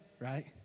right